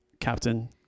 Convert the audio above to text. Captain